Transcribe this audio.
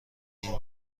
این